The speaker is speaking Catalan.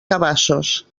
cabassos